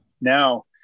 now